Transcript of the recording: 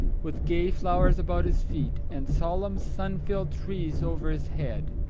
with gay flowers about his feet, and solemn sun-filled trees over his head.